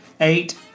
Eight